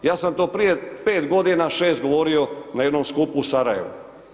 Ja sam to prije 5 godina 6 govorio na jednom skupu u Sarajevu.